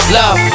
love